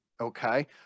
okay